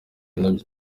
nabyo